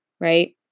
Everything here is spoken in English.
right